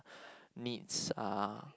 needs are